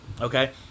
okay